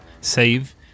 save